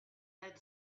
had